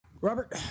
Robert